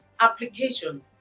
application